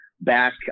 back